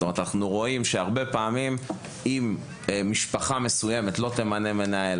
אנחנו רואים שהרבה פעמים אם משפחה מסוימת לא תמנה מנהל,